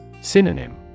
Synonym